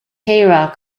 rock